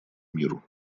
миру